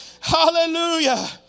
Hallelujah